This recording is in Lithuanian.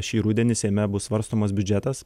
šį rudenį seime bus svarstomas biudžetas